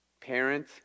parent